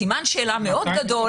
בסימן שאלה מאוד גדול,